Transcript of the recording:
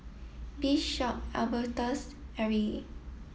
Bishop Albertus Arrie